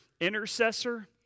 intercessor